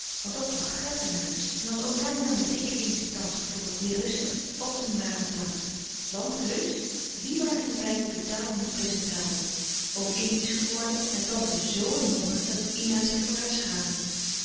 want dat bracht geld in huis en als oom daniël met dikke indische tante floor weêr rustig op de mail zaten want heusch diè waren nu beide totaal niet prezentabel oom indiesch geworden en tante zo een nonna dat ina zich voor haar schaamde